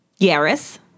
Yaris